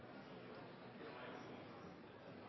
Bjørn